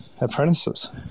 apprentices